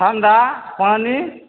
ठण्डा पानी